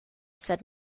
said